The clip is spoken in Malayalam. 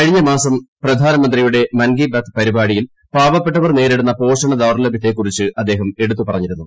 കഴിഞ്ഞ മാസം പ്രധാനമന്ത്രിയുടെ മൻ കി ബാത്ത് പരിപാടിയിൽ പാവപ്പെട്ടവർ നേരിടുന്ന പോഷണ ദൌർലഭൃത്തെക്കുറിച്ച് അദ്ദേഹം എടുത്തു പറഞ്ഞിരുന്നു